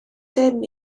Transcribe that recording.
dim